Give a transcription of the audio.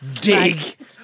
dig